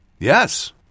Yes